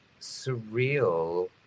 surreal